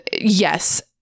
yes